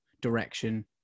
direction